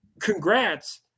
congrats